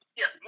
yes